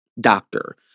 doctor